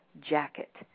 Jacket